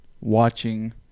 watching